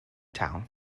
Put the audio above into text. town